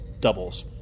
doubles